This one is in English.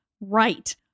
right